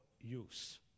use